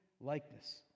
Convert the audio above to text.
likeness